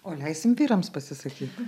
o leisim vyrams pasisakyt